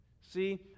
See